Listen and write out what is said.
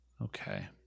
Okay